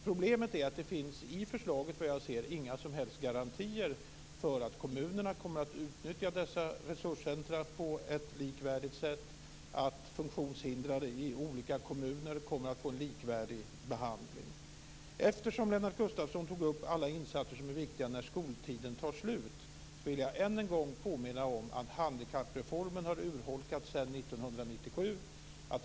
Problemet är att det i förslaget, såvitt jag ser, inte finns några som helst garantier för att kommunerna kommer att utnyttja dessa resurscentrum på ett likvärdigt sätt så att funktionshindrade i olika kommuner kommer att få likvärdig behandling. Eftersom Lennart Gustavsson tog upp alla insatser som är viktiga när skoltiden tar slut vill jag än en gång påminna om att handikappreformen har urholkats sedan 1997.